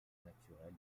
naturel